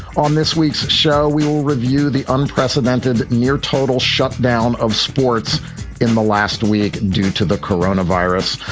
on this week's show, we will review the unprecedented near total shutdown of sports in the last week due to the corona virus.